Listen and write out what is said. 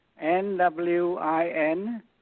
N-W-I-N